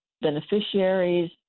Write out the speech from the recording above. beneficiaries